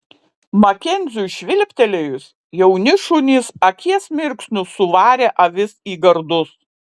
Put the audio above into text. makenziui švilptelėjus jauni šunys akies mirksniu suvarė avis į gardus